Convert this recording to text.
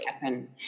happen